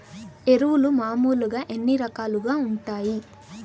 ఎరువులు మామూలుగా ఎన్ని రకాలుగా వుంటాయి?